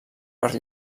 per